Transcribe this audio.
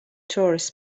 tourists